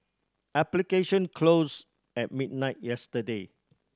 application closed at midnight yesterday